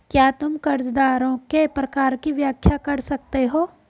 क्या तुम कर्जदारों के प्रकार की व्याख्या कर सकते हो?